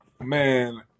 Man